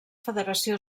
federació